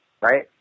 right